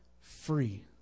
free